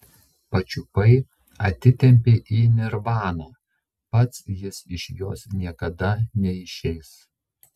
pačiupai atitempei į nirvaną pats jis iš jos niekada neišeis